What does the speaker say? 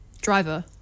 Driver